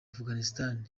afghanistan